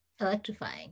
electrifying